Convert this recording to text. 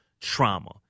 trauma